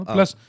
Plus